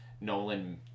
Nolan